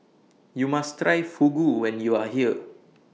YOU must Try Fugu when YOU Are here